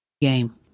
game